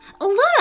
Look